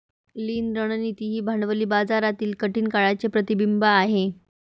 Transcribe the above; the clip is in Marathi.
लीन रणनीती ही भांडवली बाजारातील कठीण काळाचे प्रतिबिंब आहे